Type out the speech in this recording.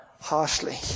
harshly